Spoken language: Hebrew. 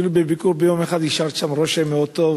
אפילו בביקור בן יום אחד השארת שם רושם מאוד טוב